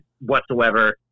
whatsoever